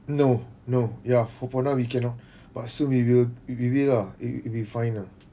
no no ya for for now we cannot but we will maybe lah will be fine lah